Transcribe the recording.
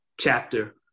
chapter